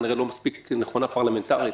כנראה לא מספיק נכונה פרלמנטרית,